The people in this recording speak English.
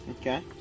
Okay